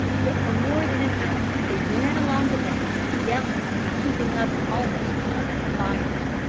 but for more than an hour they ran along the banks yelling and keeping up an almost constant fire.